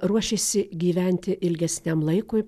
ruošėsi gyventi ilgesniam laikui